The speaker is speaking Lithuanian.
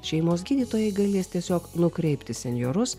šeimos gydytojai galės tiesiog nukreipti senjorus